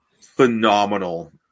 phenomenal